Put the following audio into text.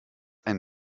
ein